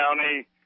County –